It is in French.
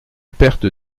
perte